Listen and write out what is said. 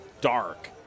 dark